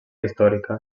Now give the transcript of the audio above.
històrica